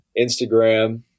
instagram